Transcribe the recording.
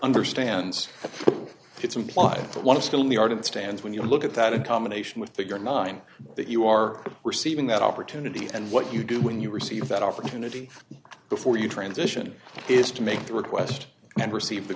understands it's implied that one of skill in the art of the stands when you look at that in combination with figure nine that you are receiving that opportunity and what you do when you receive that opportunity before you transition is to make the request and receive the